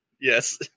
Yes